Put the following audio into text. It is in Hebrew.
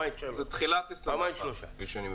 הבנתי.